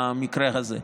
במקרה הזה.